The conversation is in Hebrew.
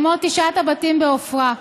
כמו תשעת הבתים בעפרה.